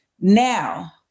Now